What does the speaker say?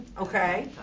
Okay